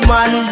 Man